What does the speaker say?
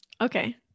Okay